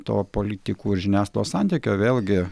to politikų ir žiniasklaidos santykio vėlgi